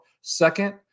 Second